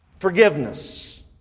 Forgiveness